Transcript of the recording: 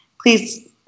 please